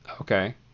Okay